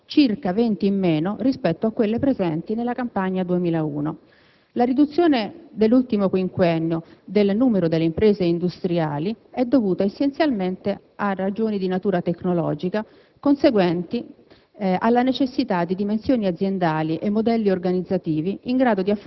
nel 2006 hanno operato 182 imprese di trasformazione: circa 20 in meno rispetto a quelle presenti nella campagna 2001. La riduzione nell'ultimo quinquennio del numero delle imprese industriali è dovuta essenzialmente a ragioni di natura tecnologica, conseguenti